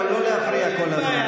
אבל לא להפריע כל הזמן.